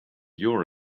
your